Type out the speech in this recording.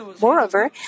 Moreover